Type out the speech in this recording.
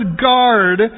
guard